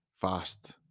fast